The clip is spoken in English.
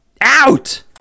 out